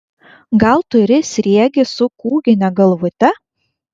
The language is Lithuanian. gal turi sriegį su kūgine galvute